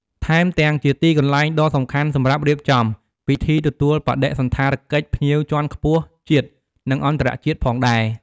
ថែមទាំងជាទីកន្លែងដ៏សំខាន់សម្រាប់រៀបចំ ពិធីទទួលបដិសណ្ឋារកិច្ចភ្ញៀវជាន់ខ្ពស់ជាតិ និងអន្តរជាតិផងដែរ។